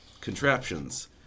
contraptions